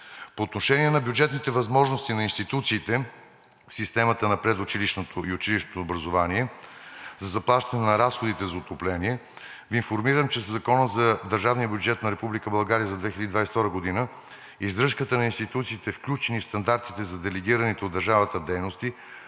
По отношение на бюджетните възможности на институциите в системата на предучилищното и училищното образование за заплащане на разходите за отопление Ви информирам, че със Закона за държавния бюджет на Република България за 2022 г. издръжката на институциите, включени в стандартите за делегираните от държавата дейности,